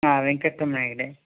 ಹಾಂ ವೆಂಕಟ ರಮಣ ಹೆಗ್ಡೆ